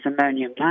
ammonium